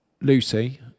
Lucy